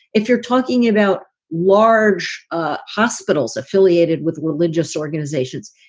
if you're talking about large ah hospitals affiliated with religious organizations,